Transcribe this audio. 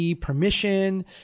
permission